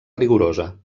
rigorosa